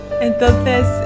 Entonces